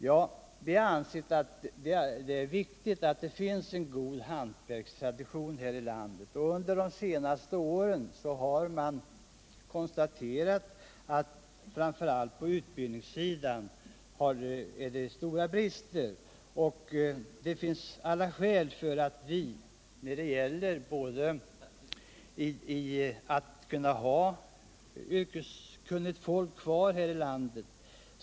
Vi har ansett det vara viktigt att det finns en god hantverkstradition här i landet. Under de senaste åren har man konstaterat att det framför allt på utbildningssidan råder stora brister, varför det finns alla skäl att försöka behålla vrkeskunnigt folk kvar inom hantverket.